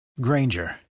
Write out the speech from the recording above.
Granger